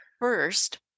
First